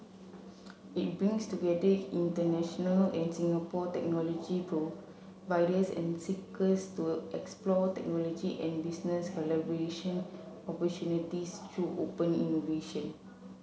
it brings together international and Singapore technology providers and seekers to explore technology and business collaboration opportunities through open innovation